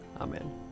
Amen